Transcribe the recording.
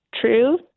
true